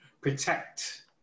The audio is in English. protect